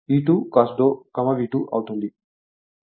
ఈ విషయం E 2 cos δV2 అవుతుంది